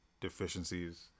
Deficiencies